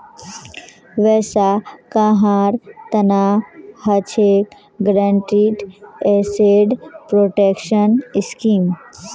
वैसा कहार तना हछेक गारंटीड एसेट प्रोटेक्शन स्कीम